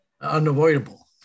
unavoidable